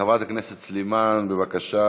חברת הכנסת סלימאן, בבקשה.